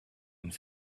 and